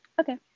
Okay